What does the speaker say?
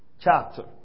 chapter